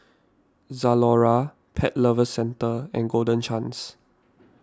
Zalora Pet Lovers Centre and Golden Chance